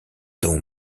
dont